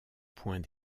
point